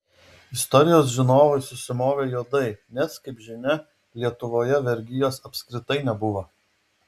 istorijos žinovai susimovė juodai nes kaip žinia lietuvoje vergijos apskritai nebuvo